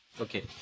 Okay